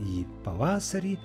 į pavasarį